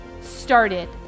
started